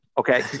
Okay